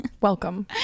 Welcome